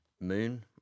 moon